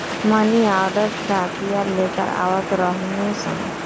मनी order डाकिया लेके आवत रहने सन